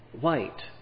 white